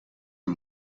een